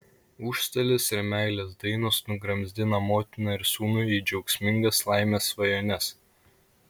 užstalės ir meilės dainos nugramzdina motiną ir sūnų į džiaugsmingas laimės svajones